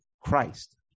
Christ